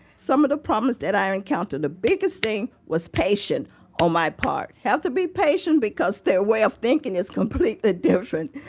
some of the problems that i encountered. the biggest thing was patience on my part. have to be patient because their way of thinking is completely different.